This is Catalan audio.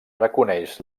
reconeix